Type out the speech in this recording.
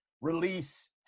release